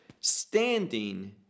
standing